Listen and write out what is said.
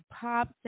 pop